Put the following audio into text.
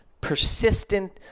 persistent